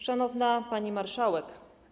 Szanowna Pani Marszałek!